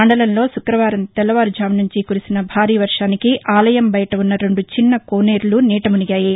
మండలంలో శుక్రవారం తెల్లవారుజాము నుంచి కురిసిన భారీ వర్షానికి ఆలయం బయట ఉన్న రెండు చిన్నకోనేరులు నీట మునిగాయి